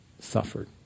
suffered